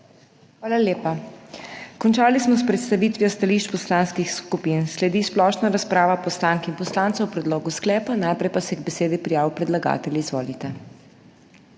Hvala lepa. Končali smo s predstavitvijo stališč poslanskih skupin. Sledi splošna razprava poslank in poslancev o predlogu sklepa, najprej pa se je k besedi prijavil predlagatelj. Izvolite.